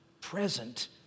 present